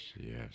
Yes